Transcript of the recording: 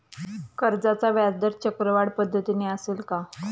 कर्जाचा व्याजदर चक्रवाढ पद्धतीने असेल का?